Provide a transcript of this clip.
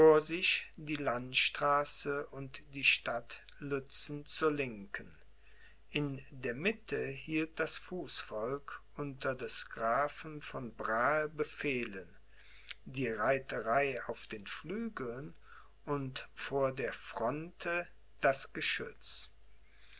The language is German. sich die landstraße und die stadt lützen zur linken in der mitte hielt das fußvolk unter des grafen von brahe befehlen die reiterei auf den flügeln und vor der fronte das geschütz